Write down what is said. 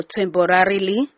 temporarily